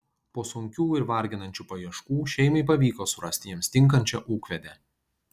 po sunkių ir varginančių paieškų šeimai pavyko surasti jiems tinkančią ūkvedę